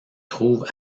trouve